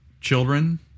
children